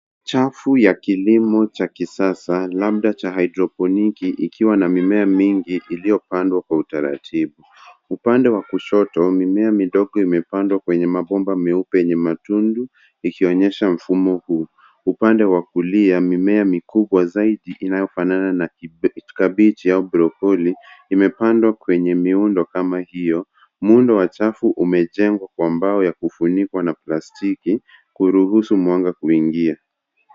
Chafu ya kilimo cha kisasa labda cha hydroponiki ikiwa na mimea mingi iliyopandwa kwa utaratibu. Upande wa kushoto, mimea midogo imepandwa kwenye mabomba meupe yenye matundu ikionyesha mfumo huu. Upande wa kulia, mimea mikubwa zaidi inayofanana na kabichi au grokoli, imepanadwa kwenye miundo kama hiyo. Muhndo wa chafu umejengwa kwa mbao ya kufunikwa na plastiki kuruhusu mwanga kuingia.